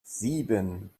sieben